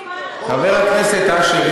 חבר הכנסת אשר,